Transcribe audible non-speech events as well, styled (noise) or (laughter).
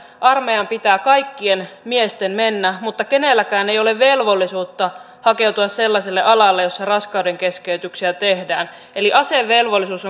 armeijaan pitää kaikkien miesten mennä mutta kenelläkään ei ole velvollisuutta hakeutua sellaiselle alalle jolla raskaudenkeskeytyksiä tehdään eli asevelvollisuus (unintelligible)